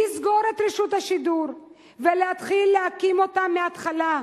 לסגור את רשות השידור ולהתחיל להקים אותה מהתחלה,